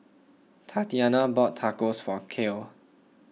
Tatyana bought Tacos for Cale